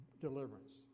deliverance